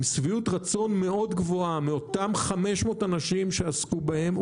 עם שביעות רצון מאוד גבוהה מאותם 500 אנשים שעסקו בהם.